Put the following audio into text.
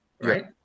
right